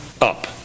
up